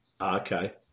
okay